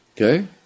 okay